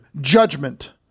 judgment